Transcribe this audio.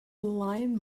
lion